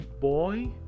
boy